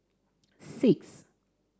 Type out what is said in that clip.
six